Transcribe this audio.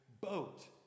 boat